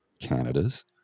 Canada's